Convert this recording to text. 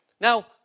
Now